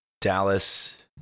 Dallas